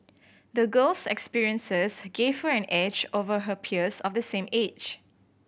the girl's experiences give her an edge over her peers of the same age